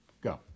go